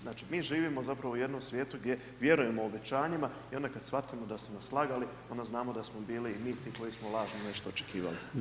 Znači, mi živimo zapravo u jednom svijetu gdje vjerujemo obećanjima i onda kad shvatimo da su nas lagali onda znamo da smo bili i mi ti koji smo lažno nešto očekivali.